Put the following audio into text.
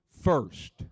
first